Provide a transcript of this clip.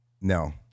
No